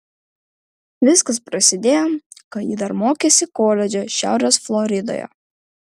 viskas prasidėjo kai ji dar mokėsi koledže šiaurės floridoje